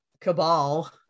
cabal